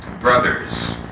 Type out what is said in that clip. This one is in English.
brothers